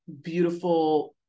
beautiful